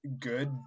good